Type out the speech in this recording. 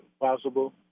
possible